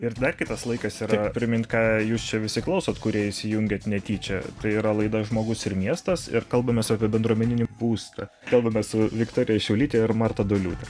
ir dar kitas laikas yra primint ką jūs čia visi klausot kurie įsijungėt netyčia tai yra laida žmogus ir miestas ir kalbamės apie bendruomeninį būstą kalbamės su viktorija šiaulyte ir marta doliūte